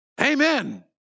Amen